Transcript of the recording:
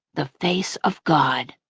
the face of god.